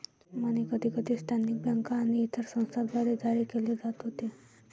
मनी कधीकधी स्थानिक बँका आणि इतर संस्थांद्वारे जारी केले जात होते